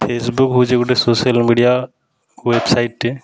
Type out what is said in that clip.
Facebook ହେଉଛେ ଗୁଟେ social media ୱେବ୍ସାଇଟ୍ଟେ